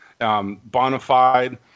Bonafide